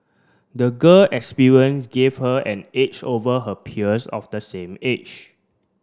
the girl experience give her an edge over her peers of the same age